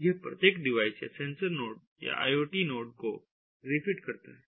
यह प्रत्येक डिवाइस या सेंसर नोड या IoT नोड को रिफिट करता है